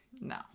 No